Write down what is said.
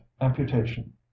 amputation